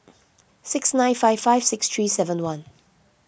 six nine five five six three seven one